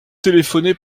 téléphoner